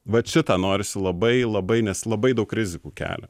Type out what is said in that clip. vat šitą norisi labai labai nes labai daug rizikų kelia